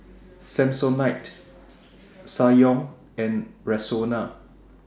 Samsonite Ssangyong and Rexona